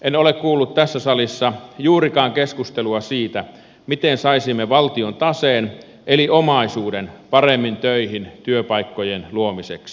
en ole kuullut tässä salissa juurikaan keskustelua siitä miten saisimme valtion taseen eli omaisuuden paremmin töihin työpaikkojen luomiseksi